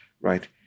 right